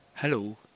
Hello